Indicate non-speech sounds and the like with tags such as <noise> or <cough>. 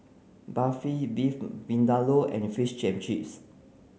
Barfi Beef Vindaloo and Fish <unintelligible> Chips